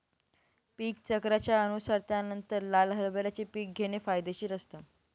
पीक चक्राच्या अनुसार त्यानंतर लाल हरभऱ्याचे पीक घेणे फायदेशीर असतं